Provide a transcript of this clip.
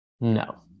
No